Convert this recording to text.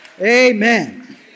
Amen